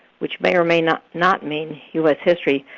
which may or may not not mean u s. history.